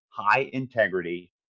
high-integrity